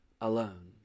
alone